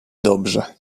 dobrze